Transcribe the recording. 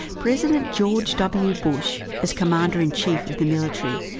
president george w. bush, as commander-in-chief of the military,